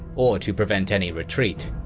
or to prevent any retreat,